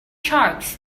sharks